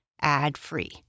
ad-free